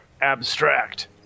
Abstract